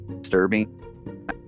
disturbing